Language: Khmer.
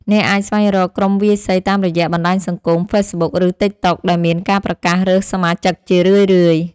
អ្នកអាចស្វែងរកក្រុមវាយសីតាមរយៈបណ្ដាញសង្គម ហ្វេសប៊ុក ឬទិកតុក ដែលមានការប្រកាសរើសសមាជិកជារឿយៗ។